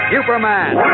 Superman